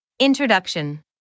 Introduction